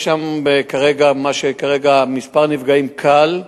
יש שם כרגע כמה נפגעים קל,